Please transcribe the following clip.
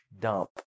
dump